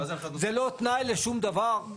זה לא תנאי לשום דבר.